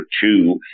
Two